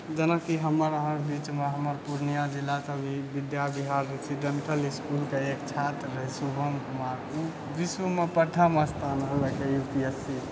जेनाकी हमर अहाँके बीचमे हमर पूर्णिया जिलासँ भी विद्या विहार रेसिडेन्टल इसकुलके एक छात्र रहै शुभम कुमार उ विश्वमे प्रथम स्थान अनलकै यू पी एस सी मे